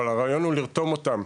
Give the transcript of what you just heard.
אבל הרעיון הוא לרתום אותם,